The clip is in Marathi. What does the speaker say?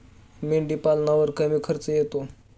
मेंढीपालनावर कमी खर्च येतो